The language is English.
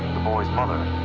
the boy's mother,